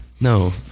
No